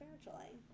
spiritually